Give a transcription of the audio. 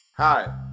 Hi